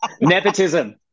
Nepotism